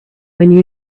when